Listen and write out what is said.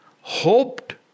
Hoped